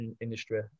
industry